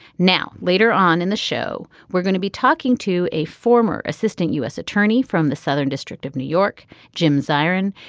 now later on in the show we're going to be talking to a former assistant u s. attorney from the southern district of new york jim zirin.